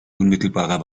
unmittelbarer